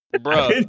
Bro